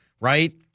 right